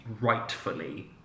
rightfully